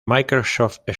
microsoft